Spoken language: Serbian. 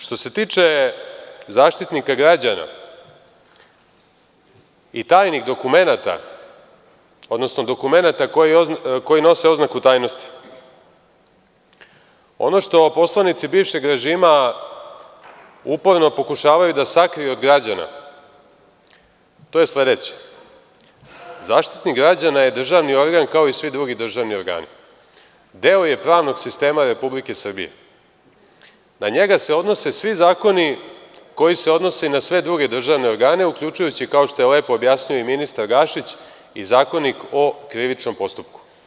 Što se tiče Zaštitnika građana i tajnih dokumenata, odnosno dokumenata koji nose oznaku tajnosti, ono što poslanici bivšeg režima uporno pokušavaju da sakriju od građana, to je sledeće: Zaštitnik građana je državni organ kao i svi drugi državni organi; deo je pravnog sistema Republike Srbije; na njega se odnose svi zakoni koji se odnose i na sve druge državne organe, uključujući, kao što je lepo objasnio i ministar Gašić, i Zakonik o krivičnom postupku.